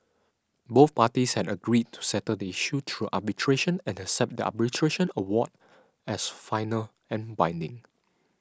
both parties had agreed to settle the issue through arbitration and accept the arbitration award as final and binding